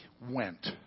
went